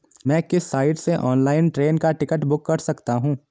मैं किस साइट से ऑनलाइन ट्रेन का टिकट बुक कर सकता हूँ?